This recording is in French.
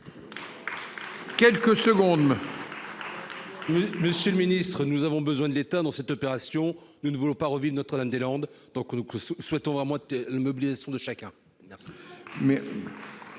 Quelques secondes. Oui, Monsieur le Ministre, nous avons besoin de l'État dans cette opération, nous ne voulons pas revu Notre-Dame-des-Landes, donc nous souhaitons à moi de le mobilisation de chacun. Mais